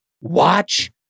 watch